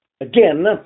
Again